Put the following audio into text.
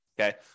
okay